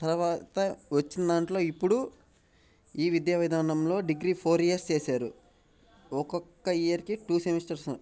తర్వాత వచ్చిన దాంట్లో ఇప్పుడు ఈ విద్యావిధానంలో డిగ్రీ ఫోర్ ఇయర్స్ చేసారు ఒకొక్క ఇయర్కి టూ సెమిస్టర్సు